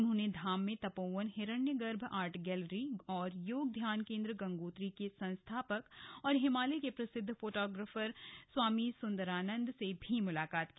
उन्होंने धाम में तपोवन हिरण्यगर्भ आर्ट गैलरी और योग ध्यान केंद्र गंगोत्री के संस्थापक और हिमालय के प्रसिद्ध फोटोग्राफर स्वामी सुंदरानंद से भी मुलाकात की